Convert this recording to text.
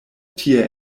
tie